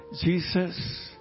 Jesus